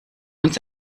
uns